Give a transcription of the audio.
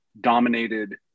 dominated